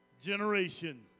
generation